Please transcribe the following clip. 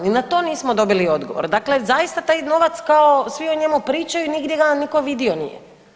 Ni na to nismo dobili odgovor, dakle zaista taj novac, kao, svi o njemu pričaju, nigdje ga nitko vidio nije.